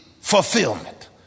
fulfillment